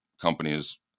companies